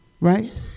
right